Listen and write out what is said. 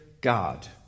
God